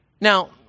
Now